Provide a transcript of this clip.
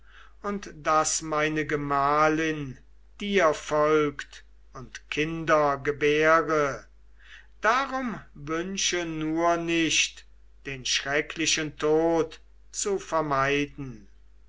und daß meine gemahlin dir folgt und kinder gebäre darum wünsche nur nicht den schrecklichen tod zu vermeiden